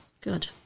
Good